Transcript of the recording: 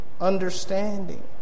understanding